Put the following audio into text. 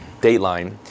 Dateline